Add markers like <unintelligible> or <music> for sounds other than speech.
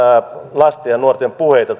lasten ja nuorten puheita <unintelligible>